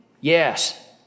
Yes